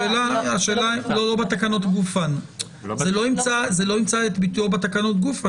זה לא ימצא את ביטויו בתקנות גופן.